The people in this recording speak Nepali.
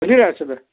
सुनिरहेको छु त